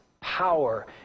power